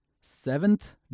seventh